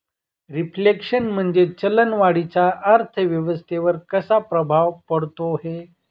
Reflation म्हणजे चलन वाढीचा अर्थव्यवस्थेवर कसा प्रभाव पडतो है?